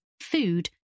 food